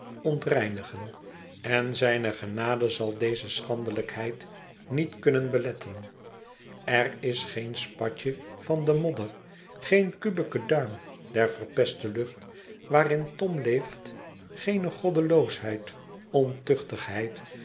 ontreinigen en zijne genade zal deze schandelijkheid niet kunnen beletten er is geen spatje van den modder geene kubieke duim der verpeste lucht waarin tom leeft geene goddeloosheid